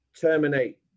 terminate